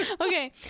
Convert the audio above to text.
Okay